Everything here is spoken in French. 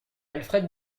alfred